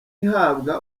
ihabwa